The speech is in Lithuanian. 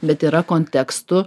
bet yra kontekstų